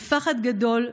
בפחד גדול,